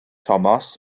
tomos